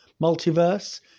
multiverse